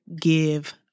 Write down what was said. give